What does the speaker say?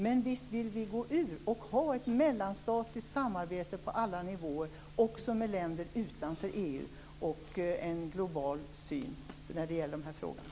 Men vi vill gå ur EU och ha ett mellanstatligt samarbete på alla nivåer, också med länder utanför EU, och med en global syn när det gäller de här frågorna.